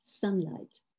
sunlight